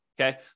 Okay